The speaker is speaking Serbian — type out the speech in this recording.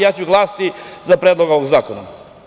Ja ću glasati za predlog ovog zakona.